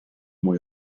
mwy